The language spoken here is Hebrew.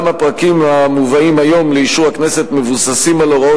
גם הפרקים המובאים היום לאישור הכנסת מבוססים על הוראות